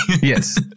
Yes